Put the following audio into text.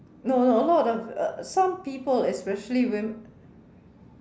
no no a lot of uh some people especially wom~